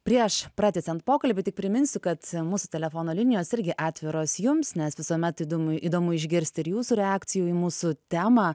prieš pratęsiant pokalbį tik priminsiu kad mūsų telefono linijos irgi atviros jums nes visuomet įdomu įdomu išgirsti ir jūsų reakcijų į mūsų temą